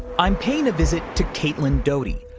i'm paying a visit to caitlin doughty,